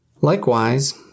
Likewise